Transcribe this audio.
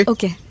Okay